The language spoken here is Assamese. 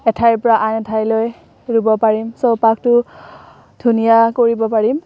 এঠাইৰ পৰা আন এঠাইলৈ ৰুব পাৰিম চৌপাশটো ধুনীয়া কৰিব পাৰিম